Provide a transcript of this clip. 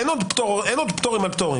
אין עוד פטורים על פטורים.